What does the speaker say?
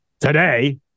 today